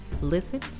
Listen